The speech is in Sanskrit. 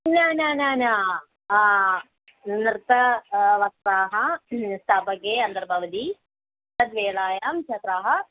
न न न न नृत्यवस्थायाः स्थापने अन्तर्भवति तद्वेलायां छात्राः